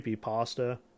Pasta